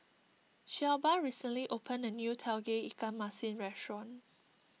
Shelba recently opened a new Tauge Ikan Masin restaurant